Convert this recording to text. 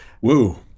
Woo